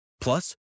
Plus